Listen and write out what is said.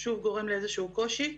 שוב גורם לאיזה שהוא קושי,